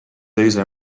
teise